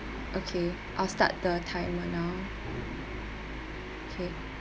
okay I'll start the timer now okay